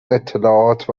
اطلاعات